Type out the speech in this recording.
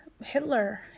hitler